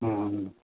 ആ ആ